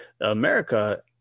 America